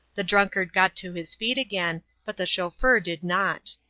the drunkard got to his feet again but the chauffeur did not.